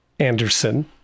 Anderson